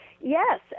Yes